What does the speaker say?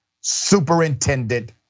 Superintendent